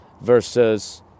versus